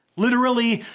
literally,